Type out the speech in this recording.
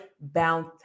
bound